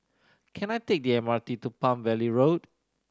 can I take the M R T to Palm Valley Road